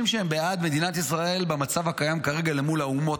שהם בעד מדינת ישראל במצב הקיים כרגע מול האומות,